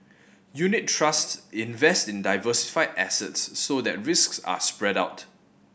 unit trusts invest in diversified assets so that risks are spread out